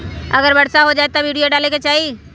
अगर वर्षा हो जाए तब यूरिया डाले के चाहि?